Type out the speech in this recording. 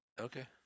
Okay